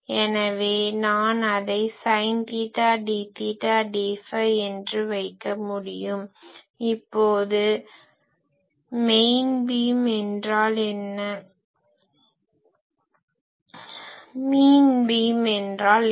எனவே நான் அதை ஸைன் தீட்டா dதீட்டா dஃபை என்று வைக்க முடியும் இப்போது மீன் பீம் mean beam - சராசரி பீம் என்றால் என்ன